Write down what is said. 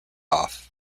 off